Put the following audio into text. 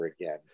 again